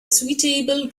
suitable